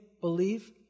believe